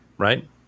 right